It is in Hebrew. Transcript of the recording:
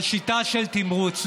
על שיטה של תמרוץ.